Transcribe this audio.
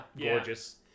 gorgeous